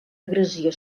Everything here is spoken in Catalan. agressió